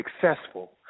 successful